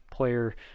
player